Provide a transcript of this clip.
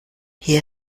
hier